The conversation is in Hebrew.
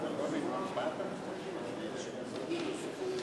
גברתי היושבת-ראש,